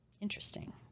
Interesting